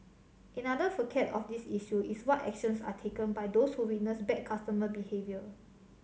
another facet of this issue is what actions are taken by those who witness bad customer behaviour